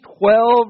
twelve